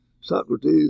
socrates